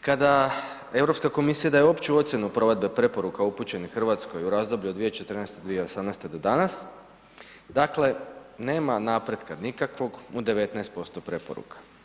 kada Europska komisija daje opću provedbu preporuka upućenih Hrvatskoj u razdoblju od 2014., 2018. do danas dakle, nema napretka nikakvog u 19% preporuka.